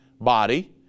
body